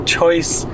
choice